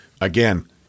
Again